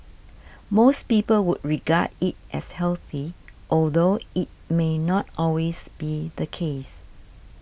most people would regard it as healthy although it may not always be the case